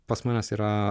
pas mane yra